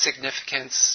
Significance